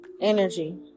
energy